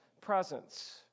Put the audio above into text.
presence